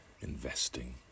investing